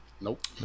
Nope